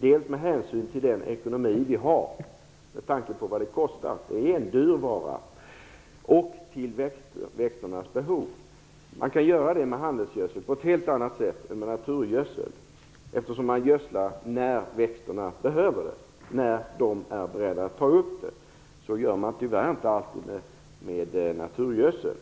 ger med hänsyn till den ekonomi vi har och med tanke på vad det kostar - det är en dyr vara - och till växternas behov. Man kan göra det med handelsgödsel på ett helt annat sätt än med naturgödsel, eftersom man gödslar när växterna behöver det och när de är beredda att ta upp det. Så gör man tyvärr inte alltid med naturgödsel.